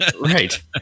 Right